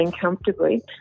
comfortably